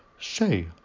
Say